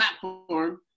platform